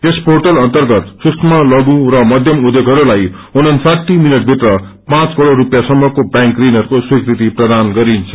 यस portal अन्तर्गत सूदम लघु र मध्यम उध्योगइस्लाई उनन्साठी मिनटभित्र पाँच करोड़ स्लपियाँसम्मको ब्यांक ऋणहरूको स्वीकृति प्रदान गरिन्छ